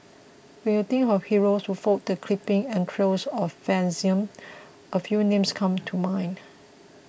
when you think of heroes who fought the creeping entrails of fascism a few names come to mind